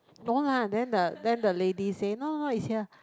no lah then the then the lady say no no it's here